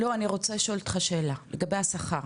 לא, אני רוצה לשאול אותך שאלה, לגבי השכר